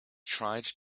tried